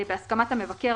בהסכמת המבקר,